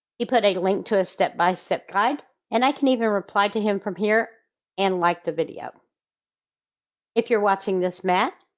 he put a link to a step by step guide and i can even reply to him from here and like the video if you're watching this, matt,